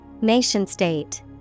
Nation-state